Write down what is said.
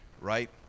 right